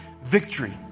victory